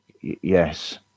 Yes